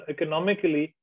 Economically